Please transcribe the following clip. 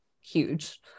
huge